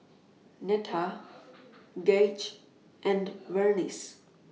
Netta Gaige and Vernice